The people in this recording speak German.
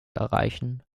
erreichen